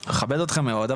אני מכבד אתכם מאוד,